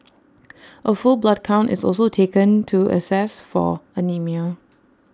A full blood count is also taken to assess for anaemia